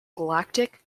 galactic